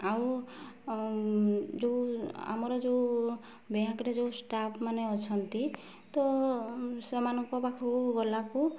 ଆଉ ଯେଉଁ ଆମର ଯେଉଁ ବ୍ୟାଙ୍କରେ ଯେଉଁ ଷ୍ଟାଫ୍ ମାନେ ଅଛନ୍ତି ତ ସେମାନଙ୍କ ପାଖକୁ ଗଲାକୁ